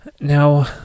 Now